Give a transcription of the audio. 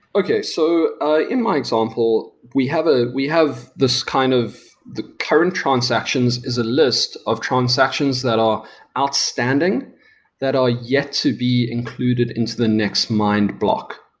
okay. so ah in my example, we have ah we have this kind of the current transactions is a list of transactions that are outstanding that are yet to be included into the next mined block.